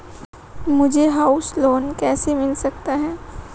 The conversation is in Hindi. मुझे हाउस लोंन कैसे मिल सकता है?